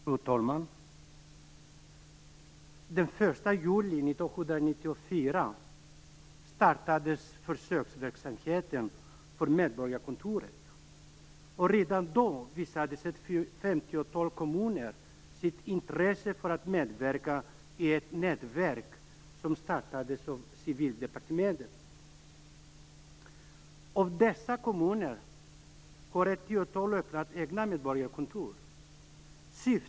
Fru talman! Den 1 juli 1994 startades försöksverksamheten för medborgarkontor, och redan då visade ett femtiotal kommuner sitt intresse för att medverka i ett nätverk som startades av Civildepartementet. Av dessa kommuner har ett tiotal öppnat egna medborgarkontor.